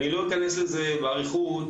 אני לא אכנס לזה באריכות,